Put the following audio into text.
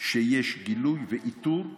שיש גילוי ואיתור,